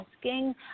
asking